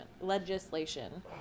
Legislation